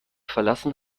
verlassen